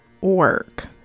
work